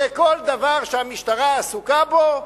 וכל דבר שהמשטרה עסוקה בו,